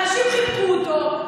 אנשים חיבקו אותו,